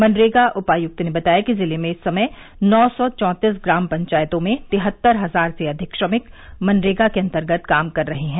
मनरेगा उपायुक्त ने बताया कि जिले में इस समय नौ सौ चौतीस ग्राम पंचायतों में तिहत्तर हजार से अधिक श्रमिक मनरेगा के अंतर्गत काम कर रहे हैं